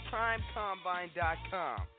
PrimeCombine.com